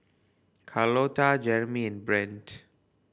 Carlota Jeramy and Brent